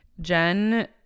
Jen